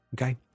Okay